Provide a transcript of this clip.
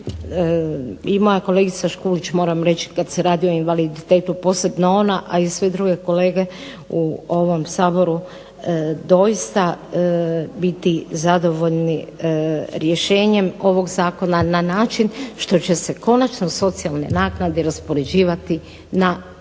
i moja kolegica Škulić moram reći kad se radi o invaliditetu posebno ona a i sve druge kolege u ovom Saboru doista biti zadovoljni rješenjem ovog zakona na način da će se konačno socijalne naknade raspoređivati na pravičan